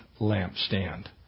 lampstand